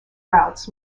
routes